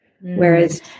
whereas